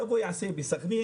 שיעשה את הדברים האלה בסכנין,